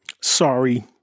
Sorry